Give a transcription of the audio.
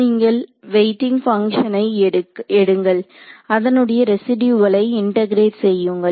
நீங்க வெயிட்டிங் பங்ஷனை எடுங்கள் அதனுடைய ரெசிடியூவளை இன்டெகிரெட் செய்யுங்கள்